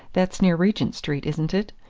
that's near regent street, isn't it?